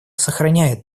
сохраняет